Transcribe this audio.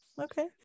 okay